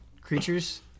creatures